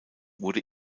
wurde